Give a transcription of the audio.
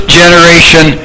generation